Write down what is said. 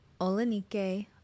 Olenike